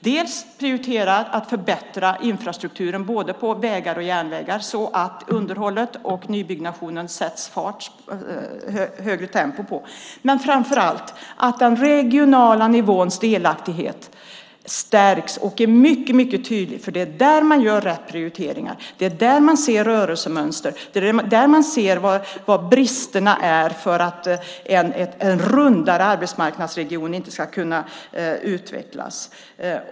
Dels prioriterar vi att förbättra infrastrukturen, både när det gäller vägar och järnvägar, så att underhåll och nybyggnation tar fart med ett högre tempo, dels handlar det om att den regionala nivåns delaktighet stärks och blir tydlig, för det är där man gör rätt prioriteringar. Det är där man ser rörelsemönster. Det är där man ser vilka bristerna är när det gäller varför en rundad arbetsmarknadsregion inte kan utvecklas.